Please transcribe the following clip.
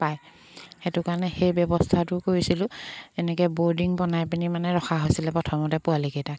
পায় সেইটো কাৰণে সেই ব্যৱস্থাটো কৰিছিলোঁ এনেকৈ বৰ্ডিং বনাই পিনি মানে ৰখা হৈছিলে প্ৰথমতে পোৱালিকেইটাক